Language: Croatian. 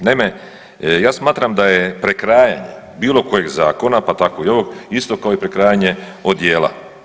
Naime, ja smatram da je prekrajanje bilo kojeg zakona, pa tako i ovog isto kao i prekrajanje odijela.